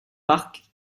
parc